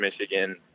Michigan